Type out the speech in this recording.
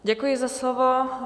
Děkuji za slovo.